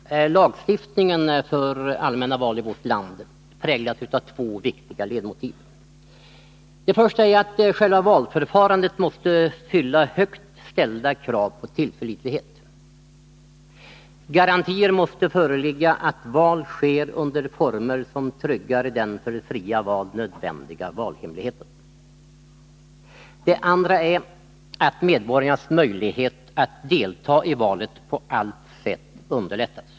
Herr talman! Lagstiftningen för allmänna val i vårt land präglas av två viktiga ledmotiv. Det första är att själva valförfarandet måste fylla högt ställda krav på tillförlitlighet. Garantier måste föreligga att val sker under former som tryggar den för fria val nödvändiga valhemligheten. Det andra är att medborgarnas möjlighet att delta i valet på allt sätt underlättas.